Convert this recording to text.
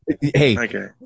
hey